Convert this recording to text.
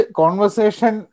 conversation